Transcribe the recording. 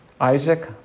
Isaac